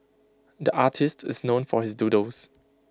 the artist is known for his doodles